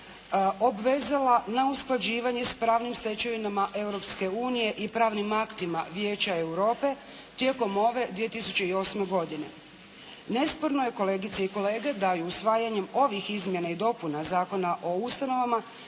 obvezala na usklađivanje sa pravnim stečevinama Europske unije i pravnim aktima Vijeća Europe tijekom ove, 2008. godine. Nesporno je kolegice i kolege da je usvajanjem ovih Izmjena i dopunama Zakona o ustanovama